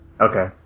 Okay